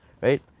right